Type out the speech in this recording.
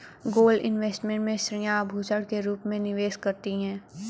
gold investment में स्त्रियां आभूषण के रूप में निवेश करती हैं